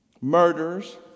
murders